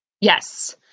Yes